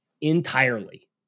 entirely